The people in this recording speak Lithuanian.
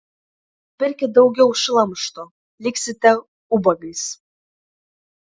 pirkit daugiau šlamšto liksite ubagais